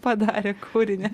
padarė kūrinį